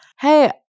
hey